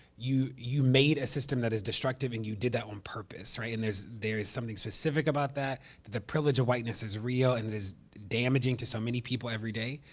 you, you made a system that is destructive and you did that on purpose, right? and there is something specific about that. that the privilege of whiteness is real and it is damaging to so many people every day.